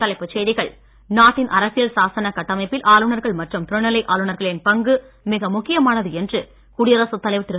மீண்டும் தலைப்புச் செய்திகள் நாட்டின் அரசியல் சாசன கட்டமைப்பில் ஆளுநர்கள் மற்றும் துணைநிலை ஆளுநர்களின் பங்கு மிக முக்கியமானது என்று குடியரசுத் தலைவர் திரு